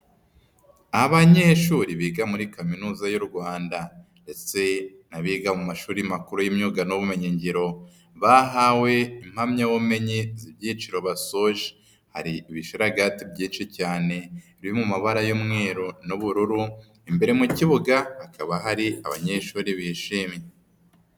Abanyeshuri biga muri Kaminuza y'u Rwanda ndetse n'abiga mu mashuri makuru y'imyuga n'ubumenyingiro bahawe impamyabumenyi z'ibyiciro basoje, hari ibisharagati byinshi cyane biri mu mabara y'umweru n'ubururu, imbere mu kibuga hakaba hari abanyeshuri bishimye.